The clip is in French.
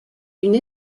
une